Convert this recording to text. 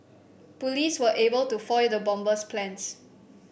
police were able to foil the bomber's plans